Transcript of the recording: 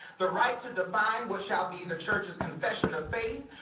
the right to define what shall be the church's confession of faith.